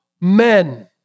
men